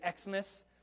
Xmas